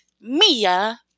Mia